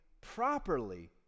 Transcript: properly